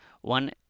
one